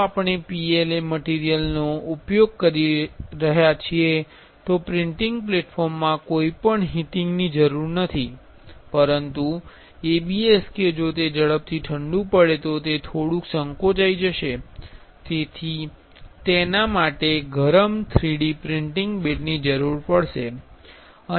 જો આપણે PLA મટિરીયલનો ઉપયોગ કરી રહ્યા છીએ તો પ્રિન્ટિંગ પ્લેટફોર્મમાં કોઈ પણ હીટિંગ ની જરૂર નથી પરંતુ ABS કે જો તે ઝડપથી ઠંડુ પડે તો તે થોડુક સંકોચાઈ જશે જેથી તેના માટે ગરમ 3D પ્રિન્ટીંગ બેડની જરૂર પડશે